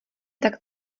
tak